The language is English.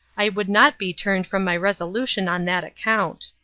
i would not be turned from my resolution on that account.